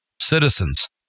citizens